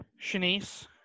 Shanice